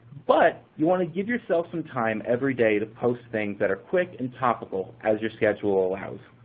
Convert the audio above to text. but you want to give yourself some time every day to post things that are quick and topical as your schedule allows.